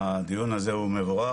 הדיון הזה הוא מבורך,